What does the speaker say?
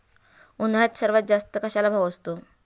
उन्हाळ्यात सर्वात जास्त कशाला भाव असतो?